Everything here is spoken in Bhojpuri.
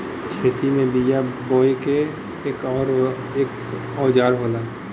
खेती में बिया बोये के एक औजार होला